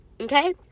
okay